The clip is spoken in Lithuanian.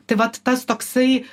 tai vat tas toksai